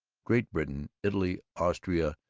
great britain, italy, austria,